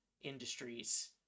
industries